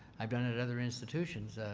i've done it at other institutions.